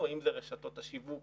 אם אלה רשתות השיווק